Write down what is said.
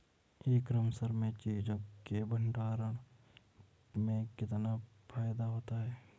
ई commerce में चीज़ों के भंडारण में कितना फायदा होता है?